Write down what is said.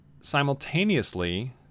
simultaneously